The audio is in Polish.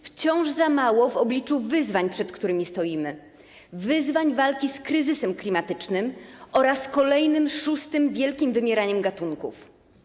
Wciąż za mało w obliczu wyzwań, przed którymi stoimy, wyzwań walki z kryzysem klimatycznym oraz kolejnym, szóstym wielkim wymieraniem gatunków.